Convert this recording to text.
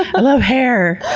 i love hair!